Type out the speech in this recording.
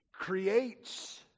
creates